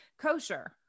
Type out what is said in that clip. kosher